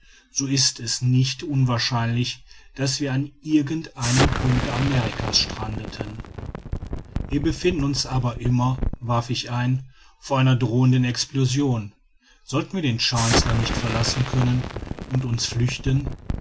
so ist es nicht unwahrscheinlich daß wir an irgend einem punkte amerikas strandeten wir befinden uns aber immer warf ich ein vor einer drohenden explosion sollten wir den chancellor nicht verlassen können und uns flüchten